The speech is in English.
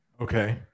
Okay